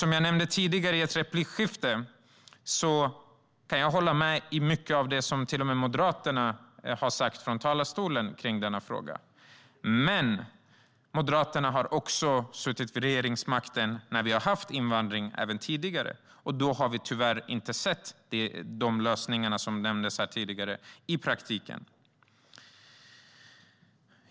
Som jag nämnde tidigare i ett replikskifte kan jag hålla med om mycket av det som till och med Moderaterna har sagt i talarstolen om denna fråga. Men Moderaterna har suttit vid regeringsmakten när vi haft invandring tidigare, och då har vi tyvärr inte sett de lösningar som man nämnde här i praktiken.